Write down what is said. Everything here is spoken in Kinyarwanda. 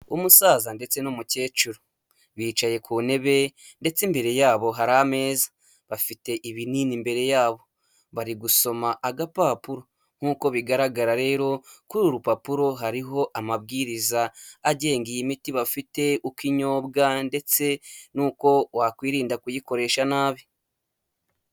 Umusaza ndetse n'umukecuru, bicaye ku ntebe ndetse imbere yabo hari ameza, bafite ibinini imbere yabo, bari gusoma agapapuro, nkuko bigaragara rero kuri uru rupapuro hariho amabwiriza agenga iyi imiti bafite uko inyobwa, ndetse n'uko wakwirinda kuyikoresha nabi.